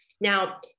Now